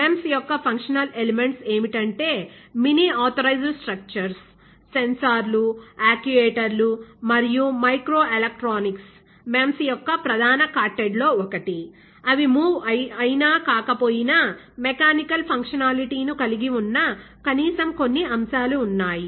MEMS యొక్క functional elements ఏమిటంటే miniaturized structures సెన్సార్లు యాక్యుయేటర్లు మరియు మైక్రో ఎలక్ట్రానిక్స్ MEMS యొక్క ప్రధాన కాట్టెడ్ లో ఒకటి అవి మూవ్ అయినా కాకపోయినా మెకానికల్ ఫంక్షనాలిటీ ను కలిగి ఉన్న కనీసం కొన్ని అంశాలు ఉన్నాయి